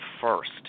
first